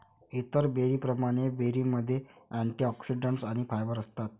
इतर बेरींप्रमाणे, बेरीमध्ये अँटिऑक्सिडंट्स आणि फायबर असतात